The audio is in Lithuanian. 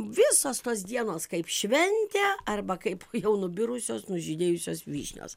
visos tos dienos kaip šventė arba kaip jau nubirusios nužydėjusios vyšnios